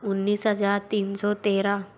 उन्नीस हज़ार तीन सौ तेरह